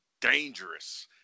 dangerous